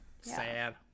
Sad